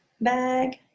bag